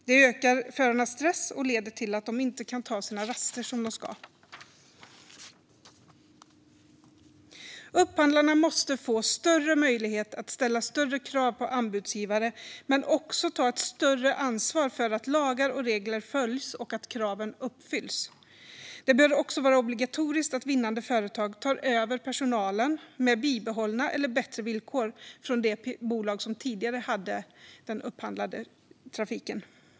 Det ökar förarnas stress och leder till att de inte kan ta sina raster som de ska. Upphandlarna måste få större möjlighet att ställa större krav på anbudsgivare men måste också ta ett större ansvar för att lagar och regler följs och att kraven uppfylls. Det bör också vara obligatoriskt att vinnande företag tar över personalen med bibehållna eller bättre villkor från det bolag som tidigare hade den upphandlade trafiken.